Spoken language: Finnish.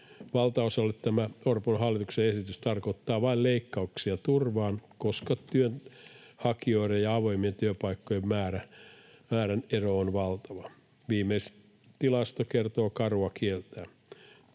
Valtaosalle tämä Orpon hallituksen esitys tarkoittaa vain leikkauksia turvaan, koska työnhakijoiden ja avoimien työpaikkojen määrän ero on valtava. Viimeisin tilasto kertoo karua kieltään: